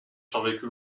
survécu